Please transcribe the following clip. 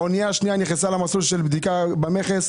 האוניה השנייה נכנסה למסלול של בדיקה במכס.